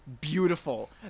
beautiful